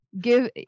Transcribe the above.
give